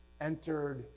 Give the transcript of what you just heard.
entered